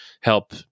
help